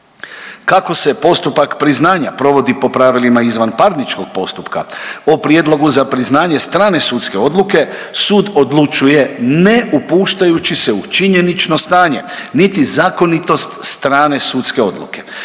Kako se postupak priznanja provodi po pravilima izvanparničkog postupka, o prijedlogu za priznanje strane sudske odluke sud odlučuje ne upuštajući se u činjenično stanje niti zakonitost strane sudske odluke.